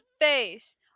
face